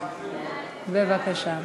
בבקשה.